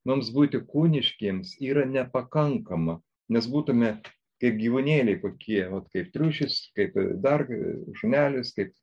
mums būti kūniškiems yra nepakankama nes būtume kaip gyvūnėliai kokie vot kaip triušis kaip dar šunelis kaip